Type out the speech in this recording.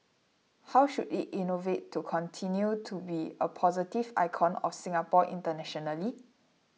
how should it innovate to continue to be a positive icon of Singapore internationally